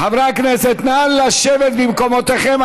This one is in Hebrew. חברי הכנסת, נא לשבת במקומותיכם.